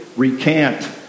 Recant